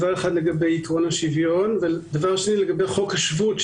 אחד לגבי עקרון השוויון ואחד לגבי חוק השבות.